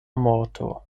morto